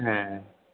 হ্যাঁ